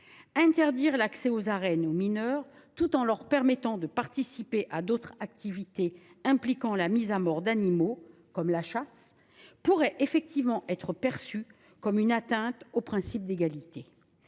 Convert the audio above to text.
mineurs l’accès aux arènes tout en leur permettant de participer à d’autres activités impliquant la mise à mort d’animaux, comme la chasse, pourrait ainsi être perçu comme une atteinte au principe d’égalité.